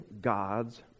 God's